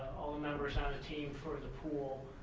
the members on the team for the pool.